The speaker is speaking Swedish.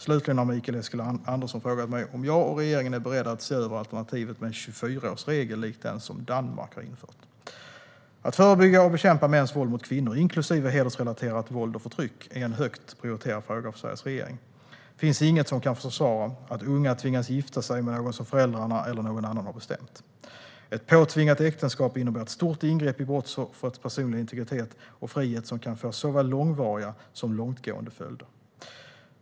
Slutligen har Mikael Eskilandersson frågat mig om jag och regeringen är beredda att se över alternativet med en 24-årsregel lik den som Danmark har infört. Att förebygga och bekämpa mäns våld mot kvinnor, inklusive hedersrelaterat våld och förtryck, är en högt prioriterad fråga för Sveriges regering. Det finns inget som kan försvara att unga tvingas gifta sig med någon som föräldrarna eller någon annan har bestämt. Ett påtvingat äktenskap innebär ett stort ingrepp i brottsoffrets personliga integritet och frihet som kan få såväl långvariga som långtgående följder.